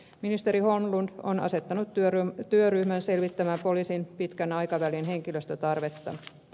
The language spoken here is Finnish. ministeri holmlund on asettanut työryhmän selvittämään poliisin pitkän aikavälin henkilöstötarvetta